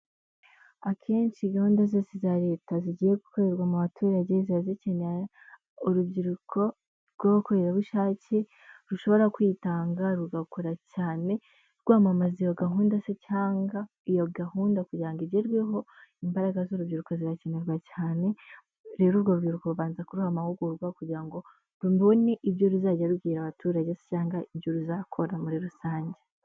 Akenshi gahunda zose za leta zigiye gukorerwa mu baturage ziba zikeneye urubyiruko rw'abakorerabushake rushobora kwitanga rugakora cyane, rwamamaza iyo gahunda se cyangwa iyo gahunda kugira ngo igerweho imbaraga z'urubyiruko zirakenerwa cyane. Rero uru rubyiruko rubanza kuriha amahugurwa kugira ngo rubone ibyo ruzajya rubwira abaturagesanga ibyo ruzakora muri rusange.